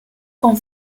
con